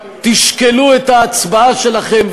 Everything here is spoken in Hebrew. תשקלו את ההצבעה שלכם,